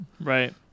Right